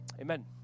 amen